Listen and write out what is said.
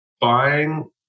buying